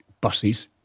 buses